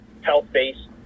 health-based